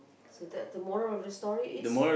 so that the moral of the story is